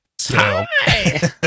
Hi